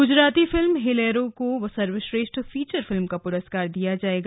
Gujarati film Hellaro को सर्वश्रेष्ठ feature film का पुरस्कार दिया जाएगा